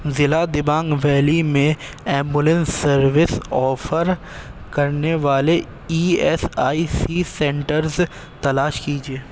ضلع دیبانگ ویلی میں ambulance service offer کرنے والے E S I C centres تلاش کیجیے